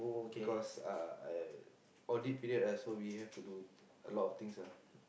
because uh audit period so we have to do a lot of things ah